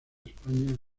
españa